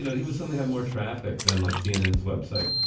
yeah he would suddenly have more traffic than like cnn's website.